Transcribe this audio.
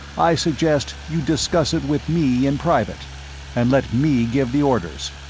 i suggest you discuss it with me in private and let me give the orders.